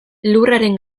lurraren